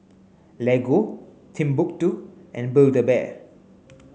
Lego Timbuk two and Build a Bear